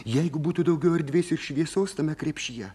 jeigu būtų daugiau erdvės ir šviesos tame krepšyje